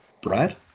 Brad